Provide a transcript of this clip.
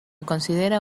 considera